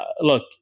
Look